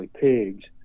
pigs